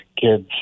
kids